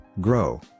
grow